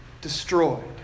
destroyed